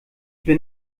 bin